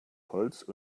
holz